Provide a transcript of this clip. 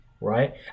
Right